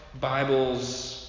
Bibles